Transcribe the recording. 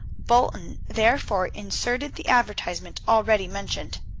bolton therefore inserted the advertisement already mentioned.